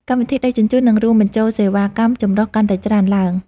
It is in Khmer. កម្មវិធីដឹកជញ្ជូន នឹងរួមបញ្ចូលសេវាកម្មចម្រុះកាន់តែច្រើនឡើង។